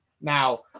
Now